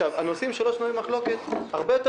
הנושאים שלא שנויים במחלוקת הם הרבה יותר